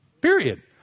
period